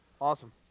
Awesome